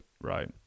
Right